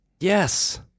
Yes